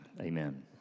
amen